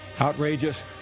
Outrageous